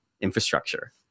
infrastructure